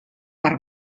per